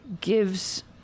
gives